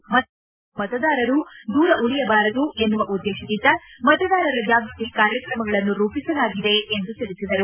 ಮತದಾನದಿಂದ ಯಾವೊಬ್ಬ ಮತದಾರರು ದೂರ ಉಳಿಯಬಾರದು ಎನ್ನುವ ಉದ್ದೇಶದಿಂದ ಮತದಾರರ ಜಾಗೃತಿ ಕಾರಕ್ಷಮಗಳನ್ನು ರೂಪಿಸಲಾಗಿದೆ ಎಂದು ತಿಳಿಬದರು